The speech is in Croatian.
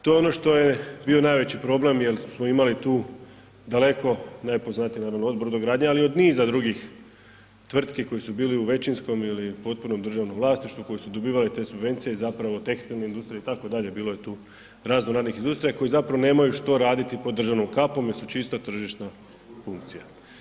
To je ono što je bio najveći problem jel smo imali tu daleko najpoznatiji naravno od brodogradnje, ali i od niza drugih tvrtki koji su bili u većinskom ili potpunom državnom vlasništvu koji su dobivali te subvencije i zapravo tekstilne industrije itd., bilo je tu razno raznih industrija koje zapravo nemaju što raditi pod državnom kapom jer su čista tržišna funkcija.